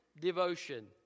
devotion